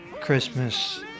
Christmas